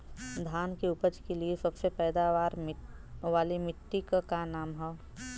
धान की उपज के लिए सबसे पैदावार वाली मिट्टी क का नाम ह?